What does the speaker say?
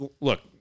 look